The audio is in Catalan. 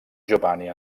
giovanni